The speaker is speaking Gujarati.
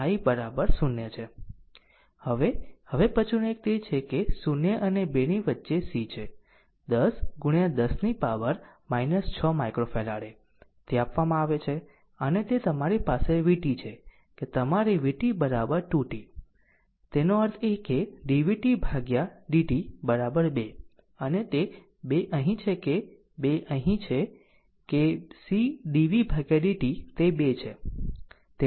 હવે હવે પછીનું એક તે છે કે 0 અને 2 ની વચ્ચે C છે 10 10 ની પાવર 6 માઈક્રોફેરાડે તે આપવામાં આવે છે અને તે તમારી vt છે કે તમારી vt 2 t તેનો અર્થ એ કે dvt ભાગ્યા dt 2 અને તે 2 અહીં છે કે 2 અહીં છે કે C dv dt તે 2 છે